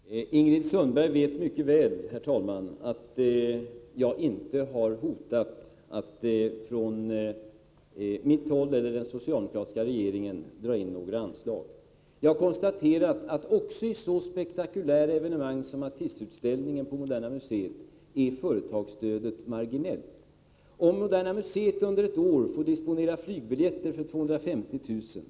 Herr talman! Ingrid Sundberg vet mycket väl att jag inte har hotat med att den socialdemokratiska regeringen skall dra in några anslag. Jag har konstaterat att företagsstödet är marginellt också när det gäller ett så spektakulärt evenemang som Matisseutställningen på Moderna museet. Om Moderna museet under ett år får disponera flygbiljetter för 250 000 kr.